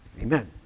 amen